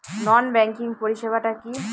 নন banking পরিষেবা টা কি?